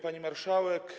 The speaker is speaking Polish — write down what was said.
Pani Marszałek!